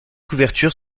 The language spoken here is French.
couvertures